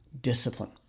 discipline